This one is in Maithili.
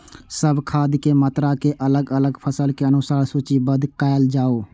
सब खाद के मात्रा के अलग अलग फसल के अनुसार सूचीबद्ध कायल जाओ?